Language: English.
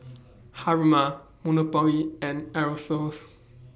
Haruma Monopoly and Aerosoles